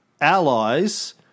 allies